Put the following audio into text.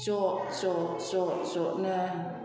ज' ज' ज' ज'नो